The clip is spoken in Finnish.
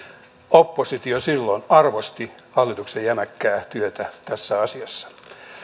oppositio silloin arvosti hallituksen jämäkkää työtä tässä asiassa